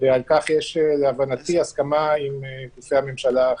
ועל כך יש להבנתי הסכמה עם גופי הממשלה האחרים.